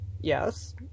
Yes